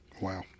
Wow